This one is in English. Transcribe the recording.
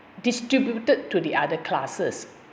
distributed to the other classes